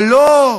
אבל לא,